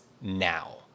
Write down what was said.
Now